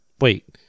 Wait